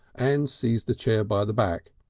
and seized a chair by the back.